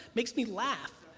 makes me laugh.